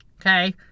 Okay